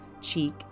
cheek